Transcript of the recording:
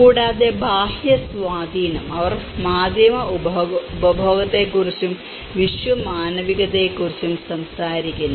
കൂടാതെ ബാഹ്യ സ്വാധീനം അവർ മാധ്യമ ഉപഭോഗത്തെക്കുറിച്ചും വിശ്വമാനവികതയെക്കുറിച്ചും സംസാരിക്കുന്നു